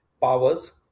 powers